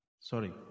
Sorry